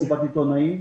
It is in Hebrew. מסיבת עיתונאים.